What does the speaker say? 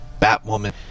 Batwoman